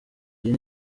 iyi